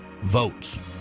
votes